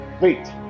wait